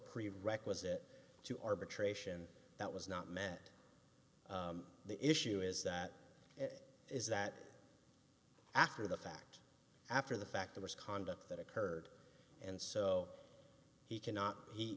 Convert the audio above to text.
prerequisite to arbitration that was not met the issue is that is that after the fact after the fact the misconduct that occurred and so he cannot he